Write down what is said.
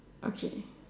okay